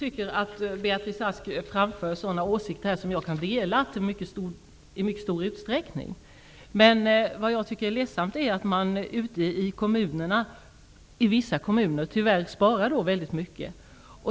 Herr talman! De åsikter som Beatrice Ask här framför kan jag i mycket stor utsträckning dela. Men det är ledsamt att man i vissa kommuner tyvärr sparar väldigt mycket.